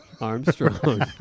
armstrong